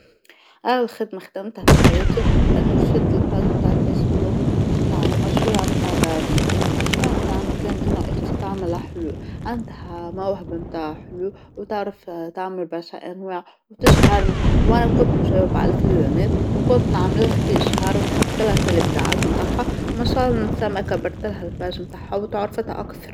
أول خدمة خدمتها فحياتي أنا نشد الباج نتاع الفيسبوك نتاع مشروع نتاع دارنا، مشروع نتاعنا كان انو اختي تعمل أحلوق، عندها موهبة نتاع حلول وتعرف تعمل باشا أنواع وتشهر وأنا كنت نجاوب على الفلونات وكنت نعملها فيه إشهار ونهبط لها في الإبداعات نتاعها، ومشاللة من سنة كبرتلها الباج بتاعها وتعرفت أكثر.